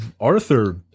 Arthur